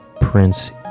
Prince